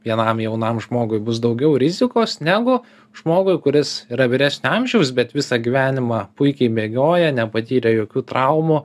vienam jaunam žmogui bus daugiau rizikos negu žmogui kuris yra vyresnio amžiaus bet visą gyvenimą puikiai bėgioja nepatyrė jokių traumų